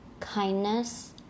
kindness